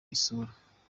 isura